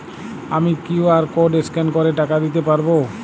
আমি QR code scan করে টাকা দিতে পারবো?